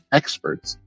experts